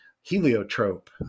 heliotrope